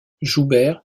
joubert